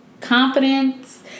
Confidence